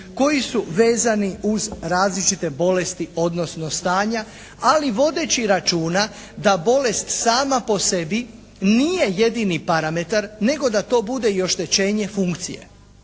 koji su vezani uz različite bolesti, odnosno stanja, ali vodeći računa da bolest sama po sebi nije jedini parametar nego da to bude i oštećenje funkcije.